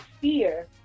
fear